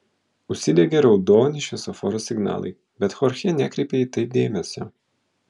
užsidegė raudoni šviesoforo signalai bet chorchė nekreipė į tai dėmesio